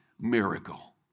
miracle